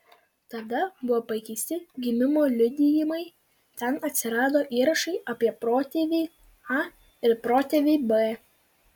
tada buvo pakeisti gimimo liudijimai ten atsirado įrašai apie protėvį a ir protėvį b